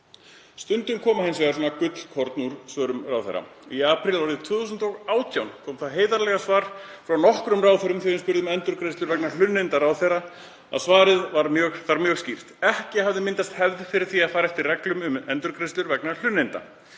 Stundum koma hins vegar gullkorn í svörum ráðherra. Í apríl árið 2018 kom eitt heiðarlegt svar frá nokkrum ráðherrum þegar ég spurði um endurgreiðslur vegna hlunninda ráðherra og svarið var mjög skýrt: Ekki hafði myndast hefð fyrir því að fara eftir reglum um endurgreiðslur vegna hlunninda.